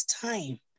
time